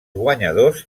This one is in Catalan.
guanyadors